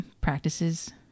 practices